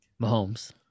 Mahomes